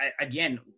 again